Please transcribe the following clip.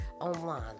online